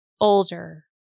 older